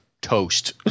Toast